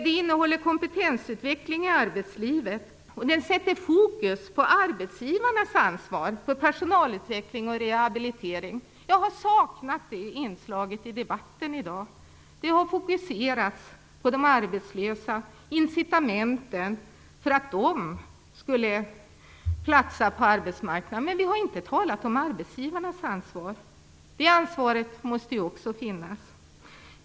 Det innehåller kompetensutveckling i arbetslivet, och det sätter fokus på arbetsgivarnas ansvar, på personalutveckling och rehabilitering. Jag har saknat det inslaget i debatten i dag. Det har fokuserats på de arbetslösa och på incitamenten för att de skall platsa på arbetsmarknaden, men vi har inte talat om arbetsgivarnas ansvar. Det ansvaret måste ju också finnas.